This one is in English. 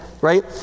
Right